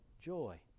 joy